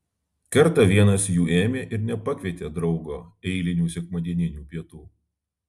kartą vienas jų ėmė ir nepakvietė draugo eilinių sekmadieninių pietų